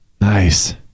Nice